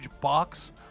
box